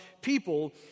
people